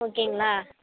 ஓகேங்களா